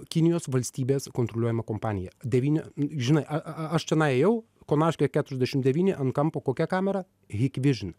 kinijos valstybės kontroliuojama kompanija devyni žinai aa aš tenai jau konarskio keturiasdešim devyni ant kampo kokia kamera hikvision